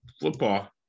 football